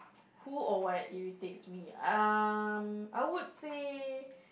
who or what irritates me uh I would say